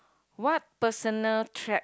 what personal trait